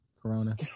Corona